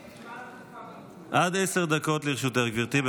כל הזמן, עשר דקות לרשותך, גברתי.